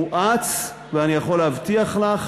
מואץ, ואני יכול להבטיח לך